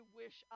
wish